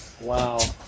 Wow